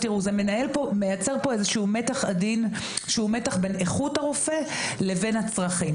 זה מייצר פה מתח עדין בין איכות הרופא לבין הצרכים.